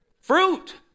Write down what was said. fruit